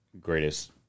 greatest